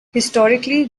historically